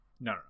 No